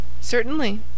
Certainly